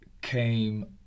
came